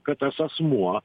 kad tas asmuo